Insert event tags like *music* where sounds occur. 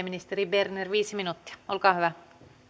*unintelligible* ministeri berner viisi minuuttia olkaa hyvä